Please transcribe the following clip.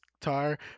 tire